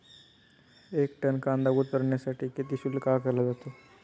एक टन कांदा उतरवण्यासाठी किती शुल्क आकारला जातो?